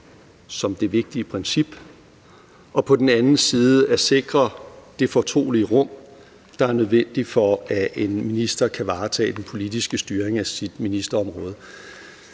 som det vigtige princip og på den anden side at sikre det fortrolige rum, der er nødvendigt, for at en minister kan varetage den politiske styring af sit ministerområde.